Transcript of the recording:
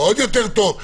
עוד יותר טוב.